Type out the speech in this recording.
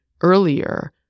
earlier